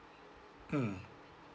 mm